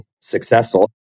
successful